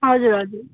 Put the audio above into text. हजुर हजुर